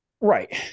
Right